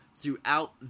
throughout